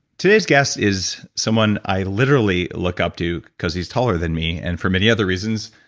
today's guest is someone i literally look up to because he's taller than me, and for many other reasons,